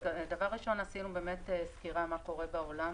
דבר ראשון, עשינו סקירה מה קורה בעולם.